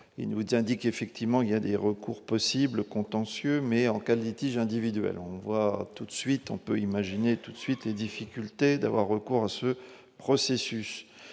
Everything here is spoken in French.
il nous dit, indique effectivement il y a des recours possibles contentieux mais en cas litiges individuels, on voit tout de suite, on peut imaginer tout de suite les difficultés d'avoir recours à ce processus.